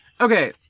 okay